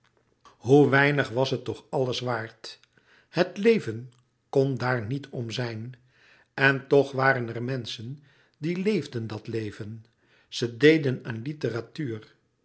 hoe weinig was het toch alles waard het leven kon daar niet om zijn en toch waren er menschen die leefden dat leven ze deden aan literatuur